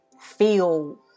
feel